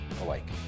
alike